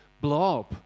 blob